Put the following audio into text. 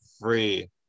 free